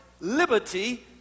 liberty